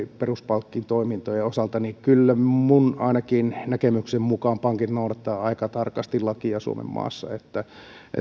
peruspankkitoimintojen osalta niin kyllä ainakin minun näkemykseni mukaan pankit noudattavat aika tarkasti lakia suomenmaassa niin että